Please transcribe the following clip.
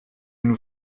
nous